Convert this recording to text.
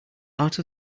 out